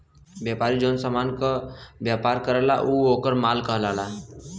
व्यापारी जौन समान क व्यापार करला उ वोकर माल कहलाला